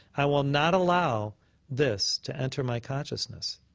i will not allow this to enter my consciousness.